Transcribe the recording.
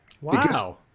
wow